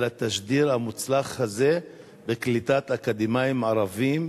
ועל התשדיר המוצלח הזה לקליטת אקדמאים ערבים.